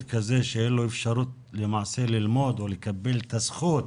שאין לו אפשרות ללמוד או לקבל את הזכות